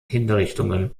hinrichtungen